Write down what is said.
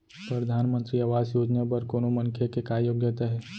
परधानमंतरी आवास योजना बर कोनो मनखे के का योग्यता हे?